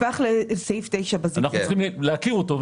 אנחנו צריכים להכיר אותו.